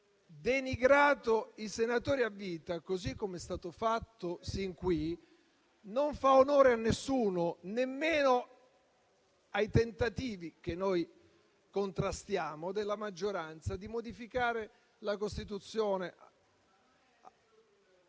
denigrato i senatori a vita, così com'è stato fatto sin qui, non fa onore a nessuno, nemmeno ai tentativi - noi li contrastiamo - della maggioranza di modificare la Costituzione.